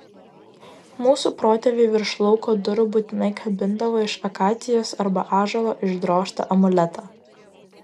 mūsų protėviai virš lauko durų būtinai kabindavo iš akacijos arba ąžuolo išdrožtą amuletą